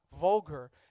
vulgar